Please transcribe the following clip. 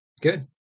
good